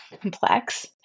complex